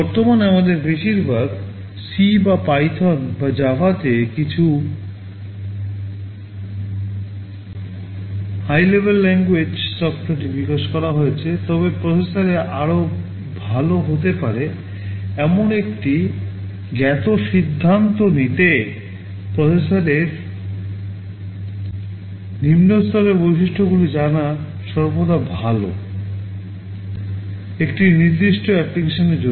বর্তমানে আমাদের বেশিরভাগ সি বা পাইথন বা জাভাতে কিছু high level language সফটওয়্যারটি বিকাশ করা হয়েছে তবে প্রসেসরের আরও ভাল হতে পারে এমন একটি জ্ঞাত সিদ্ধান্ত নিতে প্রসেসরের নিম্ন স্তরের বৈশিষ্ট্যগুলি জানা সর্বদা ভাল একটি নির্দিষ্ট অ্যাপ্লিকেশন জন্য